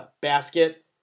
basket